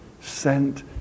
sent